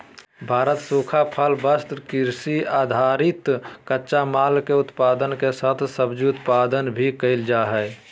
भारत सूखा फल, वस्त्र, कृषि आधारित कच्चा माल, के उत्पादन के साथ सब्जी उत्पादन भी कैल जा हई